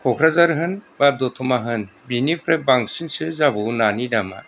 क'क्राझार होन बा दतमा होन बिनिफ्राय बांसिनसो जाबावो नानि दामा